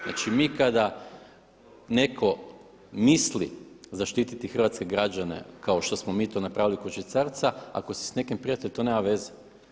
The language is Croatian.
Znači, mi kada netko misli zaštititi hrvatske građane kao što smo mi to napravili kod švicarca, ako si s nekim prijatelj to nema veze.